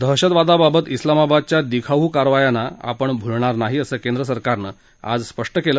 दहशतवादाबाबत उलामबादच्या दिखाऊ कारवायांना आपण भूलगार नाही असं केंद्र सरकारनं आज स्पष्ट केलं